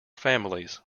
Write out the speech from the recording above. families